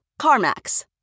CarMax